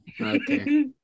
Okay